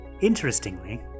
interestingly